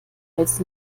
als